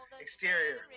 Exterior